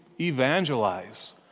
evangelize